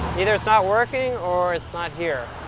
either it's not working or it's not here.